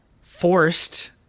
forced